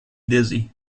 dizzy